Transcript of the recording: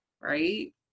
right